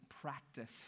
practice